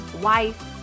wife